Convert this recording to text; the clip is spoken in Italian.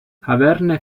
averne